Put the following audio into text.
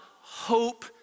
hope